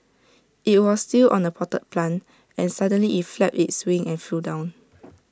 IT was still on A potted plant and suddenly IT flapped its wings and flew down